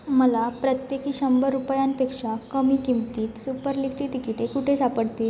मला प्रत्येकी शंभर रुपयांपेक्षा कमी किमतीत सुपर लीगची तिकिटे कुठे सापडतील